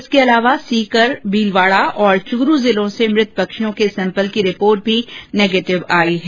इसके अलावा सीकर भीलवाड़ा और चूरू जिलों से मृत पक्षियों के सेम्पल की रिपोर्ट नेगेटिव आई है